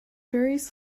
various